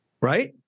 Right